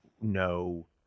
no –